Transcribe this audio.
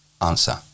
Answer